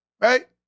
right